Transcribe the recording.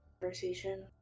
conversation